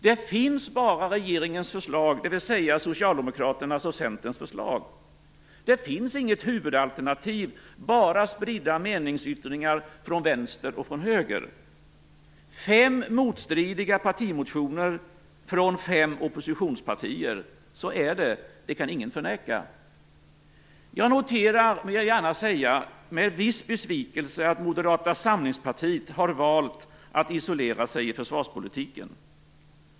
Det finns bara regeringens förslag, dvs. Socialdemokraternas och Centerns förslag. Det finns inte något huvudalternativ, bara spridda meningsyttringar från vänster och från höger - fem motstridiga partimotioner från fem oppositionspartier. Så är det, det kan ingen förneka. Jag noterar - det vill jag gärna säga - med viss besvikelse att Moderata samlingspartiet har valt att isolera sig i försvarspolitiken.